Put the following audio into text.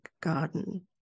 garden